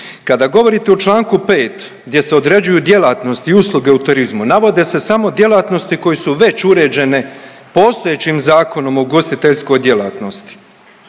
Kada govorite u čl. 5. gdje se određuju djelatnosti i usluge u turizmu navode se samo djelatnosti koje su već uređene postojećim Zakonom o ugostiteljskoj djelatnosti.